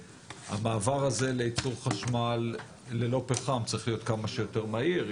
המעבר הזה לייצור חשמל ללא פחם צריך להיות כמה שיותר מהיר.